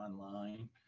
online